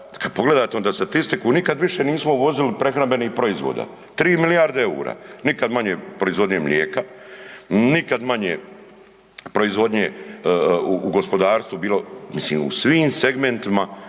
pogledate onda statistiku nikad više nismo uvozili prehrambenih proizvoda, 3 milijarde EUR-a, nikad manje proizvodnje mlijeka, nikad manje proizvodnje u gospodarstvu bilo, mislim u svim segmentima